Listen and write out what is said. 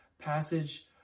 passage